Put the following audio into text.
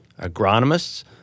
agronomists